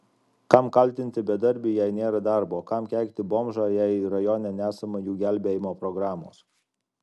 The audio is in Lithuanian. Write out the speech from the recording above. kam kaltinti bedarbį jei nėra darbo kam keikti bomžą jei rajone nesama jų gelbėjimo programos